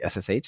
SSH